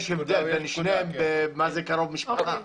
יש הבדל בין שניהם סביב הגדרת קרוב משפחה.